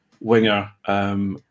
winger